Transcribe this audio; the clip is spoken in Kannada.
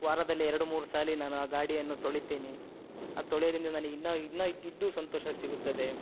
ವಾರದಲ್ಲಿ ಎರಡು ಮೂರು ಸಾರಿ ನಾನು ಆ ಗಾಡಿಯನ್ನು ತೊಳೀತೀನಿ ಆ ತೊಳ್ಯೊದ್ರಿಂದ ನನಗ್ ಇನ್ನೂ ಇನ್ನೂ ಇದ್ದಿದ್ದು ಸಂತೋಷ ಸಿಗುತ್ತದೆ